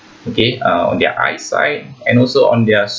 okay uh on their eyesight and also on their so~